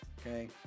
okay